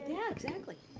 yeah, exactly.